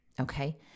Okay